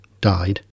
died